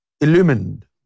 illumined